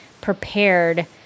prepared